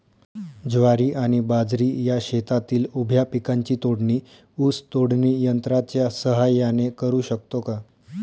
ज्वारी आणि बाजरी या शेतातील उभ्या पिकांची तोडणी ऊस तोडणी यंत्राच्या सहाय्याने करु शकतो का?